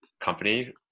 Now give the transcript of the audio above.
company